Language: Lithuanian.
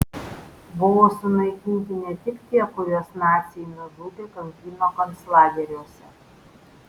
buvo sunaikinti ne tik tie kuriuos naciai nužudė kankino konclageriuose